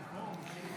עד עשר דקות.